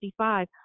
55